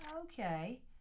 Okay